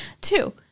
Two